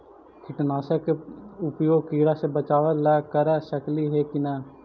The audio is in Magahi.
कीटनाशक के उपयोग किड़ा से बचाव ल कर सकली हे की न?